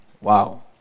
wow